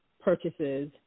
purchases